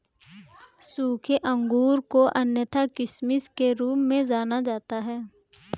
सूखे अंगूर को अन्यथा किशमिश के रूप में जाना जाता है